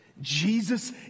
Jesus